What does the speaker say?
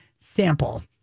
sample